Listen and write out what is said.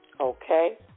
Okay